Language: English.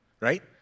right